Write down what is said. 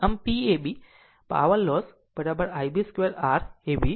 આમ P ab power loss Iab 2 R ab